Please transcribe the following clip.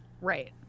right